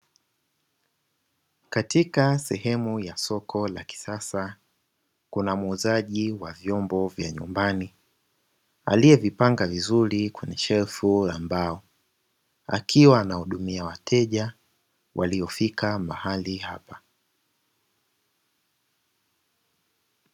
Katika sehemu ya soko la kisasa, kuna muuzaji wa vyombo vya nyumbani aliyevipanga vizuri kwenye shelfu ya mbao; akiwa anawahudumia wateja waliofika mahali hapa.